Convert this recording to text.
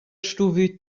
stuvü